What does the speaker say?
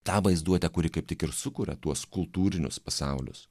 tą vaizduotę kuri kaip tik ir sukuria tuos kultūrinius pasaulius